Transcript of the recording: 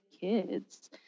kids